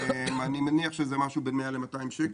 אני מניח שזה משהו בין 100 ל-200 נפש.